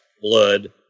blood